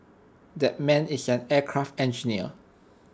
that man is an aircraft engineer